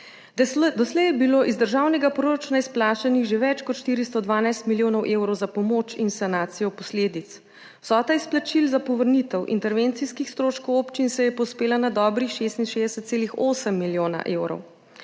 Doslej je bilo iz državnega proračuna izplačanih že več kot 412 milijonov evrov za pomoč in sanacijo posledic. Vsota izplačil za povrnitev intervencijskih stroškov občin se je povzpela na dobrih 66,8 milijona evrov,